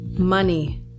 Money